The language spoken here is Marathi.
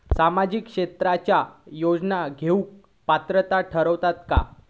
सामाजिक क्षेत्राच्या योजना घेवुक पात्र ठरतव काय?